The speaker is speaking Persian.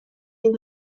این